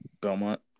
Belmont